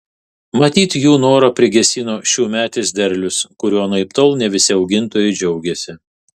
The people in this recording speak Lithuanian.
matyt jų norą prigesino šiųmetis derlius kuriuo anaiptol ne visi augintojai džiaugėsi